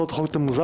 הצעות החוק תמוזגנה.